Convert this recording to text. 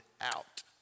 out